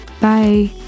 Bye